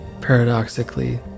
paradoxically